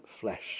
flesh